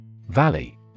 Valley